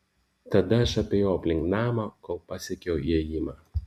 tada aš apėjau aplink namą kol pasiekiau įėjimą